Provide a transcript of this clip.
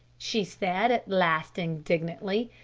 she said at last indignantly.